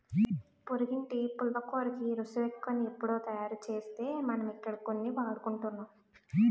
పొరిగింటి పుల్లకూరకి రుసెక్కువని ఎవుడో తయారుసేస్తే మనమిక్కడ కొని వాడుకుంటున్నాం